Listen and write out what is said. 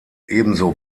ebenso